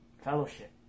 fellowship